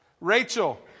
Rachel